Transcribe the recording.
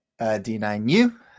D9U